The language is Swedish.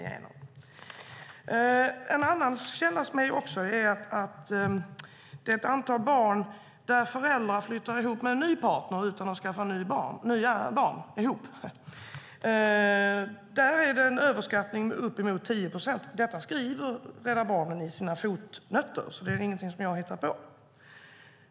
I en annan källa är antalet barn till föräldrar som flyttar ihop med en ny partner utan att skaffa nya barn tillsammans en överskattning med uppemot 10 procent. Detta skriver Rädda Barnen i sina fotnoter, så det är ingenting som jag har hittat på.